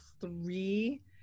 three